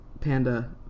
panda